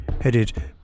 Headed